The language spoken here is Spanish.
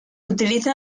utiliza